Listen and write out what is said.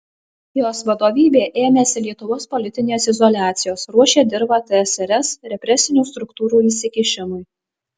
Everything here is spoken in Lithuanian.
jos vadovybė ėmėsi lietuvos politinės izoliacijos ruošė dirvą tsrs represinių struktūrų įsikišimui